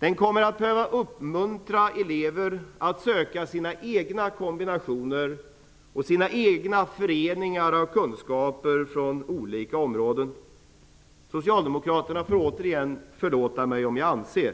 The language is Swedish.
Den kommer att behöva uppmuntra elever att söka sina egna kombinationer, sina egna föreningar av kunskaper från olika områden. Socialdemokraterna får återigen förlåta mig om jag anser